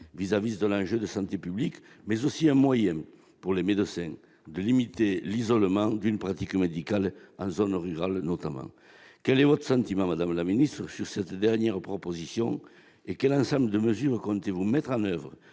autour de cet enjeu de santé publique, de même qu'un moyen pour les médecins de limiter l'isolement d'une pratique médicale en zone rurale, notamment. Quel est votre sentiment, madame la ministre, sur cette dernière proposition et quel ensemble de mesures comptez-vous mettre en oeuvre